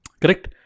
correct